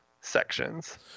sections